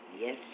Yes